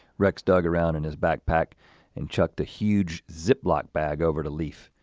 rex dug around in his backpack and chucked a huge zip lock bag over to leaf.